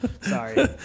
Sorry